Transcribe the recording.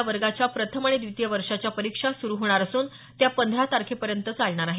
या वर्गाच्या प्रथम आणि द्वितीय वर्षाच्या परीक्षा सुरु होणार असून त्या पंधरा तारखेपर्यंत चालणार आहेत